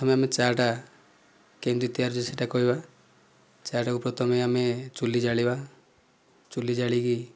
ପ୍ରଥମେ ଆମେ ଚାହା ଟା କେମିତି ତିଆରି ହେଉଛି ସେହିଟା କହିବା ଚାହା ଟାକୁ ପ୍ରଥମେ ଆମେ ଚୁଲି ଜାଳିବା ଚୁଲି ଜାଳିକି